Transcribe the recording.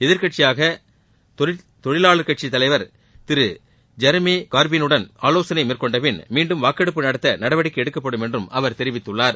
எதிர்க்கட்சியான தொழிலாளர் கட்சித்தலைவர் ஜரமி ஊர்பின் உடன் ஆலோசனை மேற்கொண்டபின் மீண்டும் வாக்கெடுப்பு நடத்த நடவடிக்கை எடுக்கப்படும் என்று அவர் தெரிவித்துள்ளார்